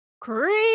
Creep